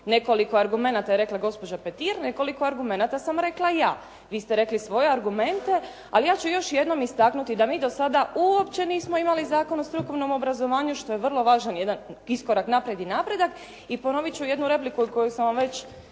Nekoliko argumenata je rekla gospođa Petir, nekoliko argumenata sam rekla ja. Vi ste rekli svoje argumente, ali ja ću još jednom istaknuti da mi do sada uopće nismo imali Zakon o strukovnom obrazovanju što je vrlo važan jedan iskorak naprijed i napredak. I ponovit ću jednu repliku koju sam vam već,